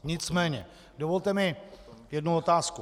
Nicméně dovolte mi jednu otázku.